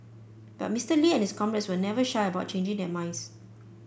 but Mister Lee and his comrades were never shy about changing their minds